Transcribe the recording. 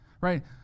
right